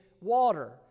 water